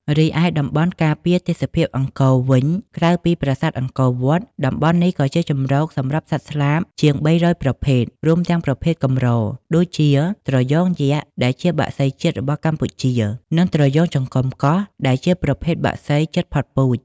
រីឯតំបន់ការពារទេសភាពអង្គរវិញ ក្រៅពីប្រាសាទអង្គរវត្ត តំបន់នេះក៏ជាជម្រកសម្រាប់សត្វស្លាបជាង ៣០០ ប្រភេទ រួមទាំងប្រភេទកម្រដូចជា ត្រយងយក្ស ដែលជាបក្សីជាតិរបស់កម្ពុជា និងត្រយងចង្កំកស ដែលជាប្រភេទបក្សីជិតផុតពូជ។